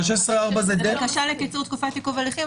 אבל 16(4) זה דרך --- זו בקשה לקיצור תקופת עיכוב הליכים,